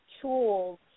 tools